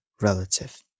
relative